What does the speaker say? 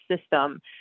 system